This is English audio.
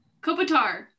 Kopitar